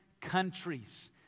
countries